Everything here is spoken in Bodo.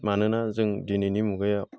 मानोना जों दिनैनि मुगाया